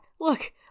Look